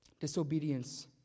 disobedience